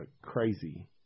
crazy